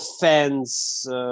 fans